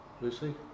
Lucy